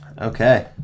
Okay